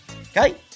Okay